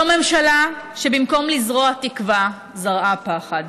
זו ממשלה שבמקום לזרוע תקווה זרעה פחד.